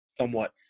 somewhat